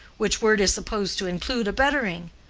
which word is supposed to include a bettering,